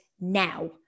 now